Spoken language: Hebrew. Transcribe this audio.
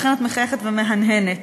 לכן את מחייכת ומהנהנת,